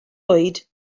oed